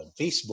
Facebook